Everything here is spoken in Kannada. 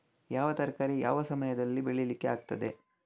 ಯಾವ ತರಕಾರಿ ಯಾವ ಸಮಯದಲ್ಲಿ ಬೆಳಿಲಿಕ್ಕೆ ಆಗ್ತದೆ?